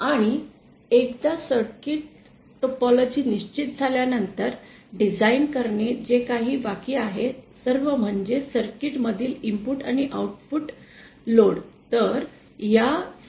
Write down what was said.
आणि एकदा circuit topology निश्चित झाल्यानंतर डिझाइन करणे जे काही बाकी आहे सर्व म्हणजे सर्किट मधील इनपुट आणि output load input output load